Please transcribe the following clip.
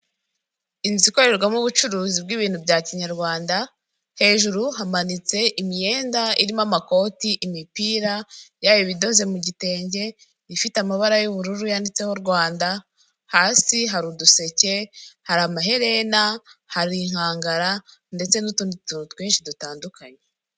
Inzu ikorerwamo ubucuruzi bw'ibintu bya kinyarwanda, hejuru hamanitse imyenda irimo amakoti, imipira, yaba ibidoze mu gitenge, ifite amabara y'ubururu, yanditseho Rwanda, hasi hari uduseke, hari amaherena, hari inkangara, ndetse n'utundi tuntu twinshi dutandukanye.